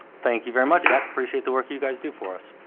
thank you very much. i appreciate the work you guys do for us?